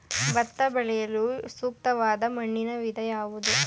ಭತ್ತ ಬೆಳೆಯಲು ಸೂಕ್ತವಾದ ಮಣ್ಣಿನ ವಿಧ ಯಾವುದು?